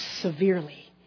severely